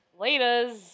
Laters